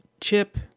chip